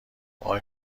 وای